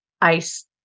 ice